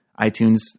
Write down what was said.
iTunes